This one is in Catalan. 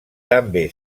també